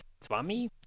Swami